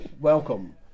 Welcome